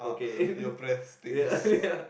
your breath stinks